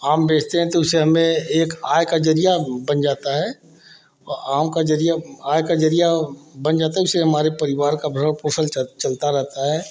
आम बेचते हैं तो उसे हमें एक आय का जरिया बन जाता है औ आम का जरिया आय का जरिया बन जाता है उसे हमारे परिवार का भरण पोषण चलता रहता है